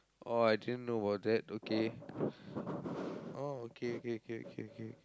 orh I didn't know about that okay orh okay okay okay okay okay